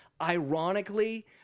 ironically